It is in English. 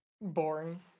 Boring